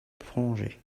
plongée